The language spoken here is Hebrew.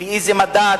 לפי איזה מדד?